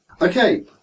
Okay